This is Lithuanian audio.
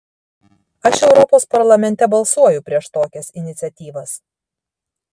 aš europos parlamente balsuoju prieš tokias iniciatyvas